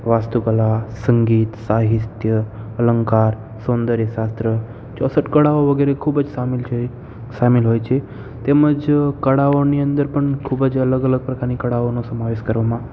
વાસ્તુ કલા સંગીત સાહિત્ય અલંકાર સૌંદર્ય શાસ્ત્ર ચોસટ કળાઓ વગેરે ખૂબ જ સામિલ છે સામિલ હોય છે તેમજ કળાઓની અંદર પણ ખૂબ જ અલગ અલગ પ્રકારની કળાઓનો સમાવેશ કરવામાં